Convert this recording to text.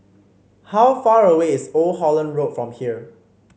how far away is Old Holland Road from here